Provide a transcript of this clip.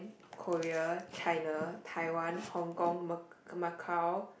Korea China Taiwan Hong-Kong ma~ Macau